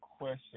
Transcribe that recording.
question